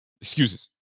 Excuses